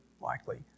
likely